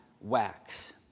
wax